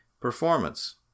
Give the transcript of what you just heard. performance